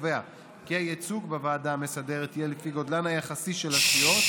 הקובע כי "הייצוג בוועדה המסדרת יהיה לפי גודלן היחסי של הסיעות,